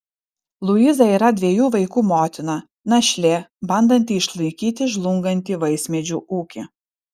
luiza yra dviejų vaikų motina našlė bandanti išlaikyti žlungantį vaismedžių ūkį